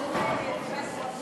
רבותי השרים,